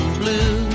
blue